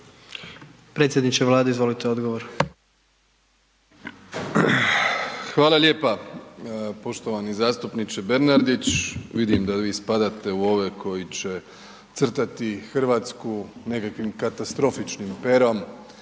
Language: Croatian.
**Plenković, Andrej (HDZ)** Hvala lijepa. Poštovani zastupniče Bernardić, vidim da vi spadate u ove koji će crtati Hrvatsku nekakvim katastrofičnim perom